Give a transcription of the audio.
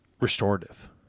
restorative